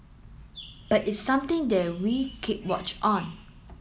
but it's something that we keep watch on